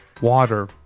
water